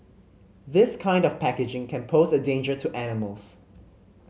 this kind of packaging can pose a danger to animals